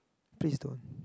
please don't